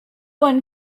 one